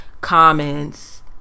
comments